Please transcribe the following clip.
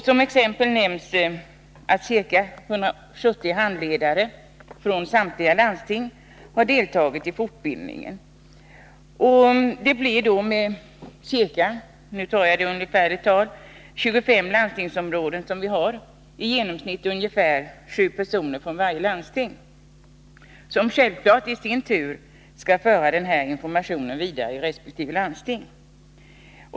Som exempel nämns att ca 170 handledare från samtliga landsting har deltagit i fortbildningen. Det blir utslaget på de ca 25 landstingsområden vi har — jag anger här bara ungefärliga tal — ungefär sju personer från varje landsting. Dessa skall självfallet i sin tur föra den information de fått vidare i resp. landsting.